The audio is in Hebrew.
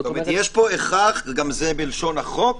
זאת אומרת שיש הכרח, וגם זה בלשון החוק,